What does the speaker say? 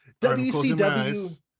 WCW